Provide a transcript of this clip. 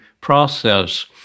process